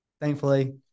thankfully